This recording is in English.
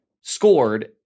scored